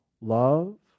love